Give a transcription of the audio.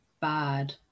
bad